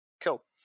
Cool